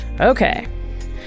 Okay